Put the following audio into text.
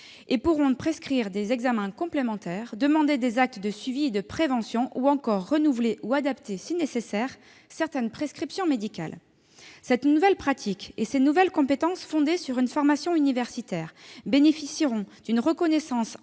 et pourront prescrire des examens complémentaires, demander des actes de suivi et de prévention, ou encore renouveler ou adapter, si nécessaire, certaines prescriptions médicales. Cette nouvelle pratique et ces nouvelles compétences fondées sur une formation universitaire bénéficieront d'une reconnaissance